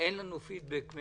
לנו פידבק.